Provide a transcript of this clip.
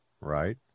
Right